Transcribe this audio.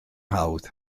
hawdd